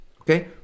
Okay